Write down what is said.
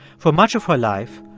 for much of her life,